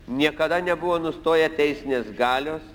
niekada nebuvo nustoję teisinės galios